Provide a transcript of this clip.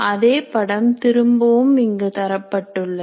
அதே படம் திரும்பவும் இங்கு தரப்பட்டுள்ளது